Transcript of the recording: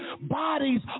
bodies